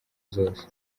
zose